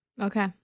Okay